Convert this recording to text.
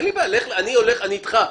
אני איתך.